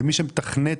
למי שמתכנת,